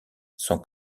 sont